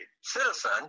citizen